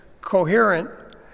coherent